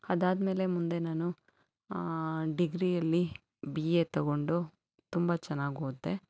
ಅದಾದಮೇಲೆ ಮುಂದೆ ನಾನು ಡಿಗ್ರಿಯಲ್ಲಿ ಬಿ ಎ ತಗೊಂಡು ತುಂಬ ಚೆನ್ನಾಗಿ ಓದಿದೆ